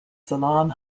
solon